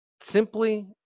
Simply